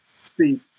seat